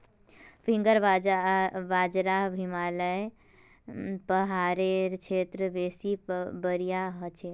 finger बाजरा हिमालय पहाड़ेर क्षेत्रत बेसी बढ़िया हछेक